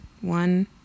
One